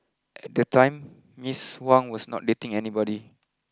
at the time Miss Huang was not dating anybody